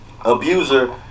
abuser